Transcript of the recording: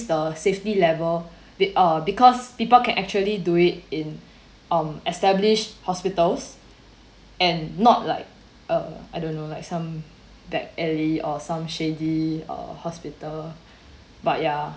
the safety level uh because people can actually do it in um established hospitals and not like uh I don't know like some back alley or some shady uh hospital but ya